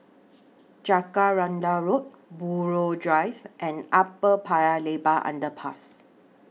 Jacaranda Road Buroh Drive and Upper Paya Lebar Underpass